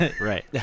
Right